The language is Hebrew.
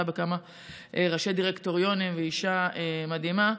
בכמה ראשי דירקטוריונים והיא אישה מדהימה,